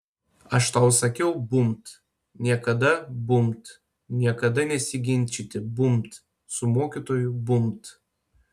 aš tau sakiau bumbt niekada bumbt niekada nesiginčyti bumbt su mokytoju bumbt